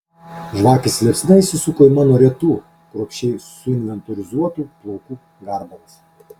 žvakės liepsna įsisuko į mano retų kruopščiai suinventorizuotų plaukų garbanas